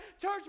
Church